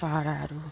चराहरू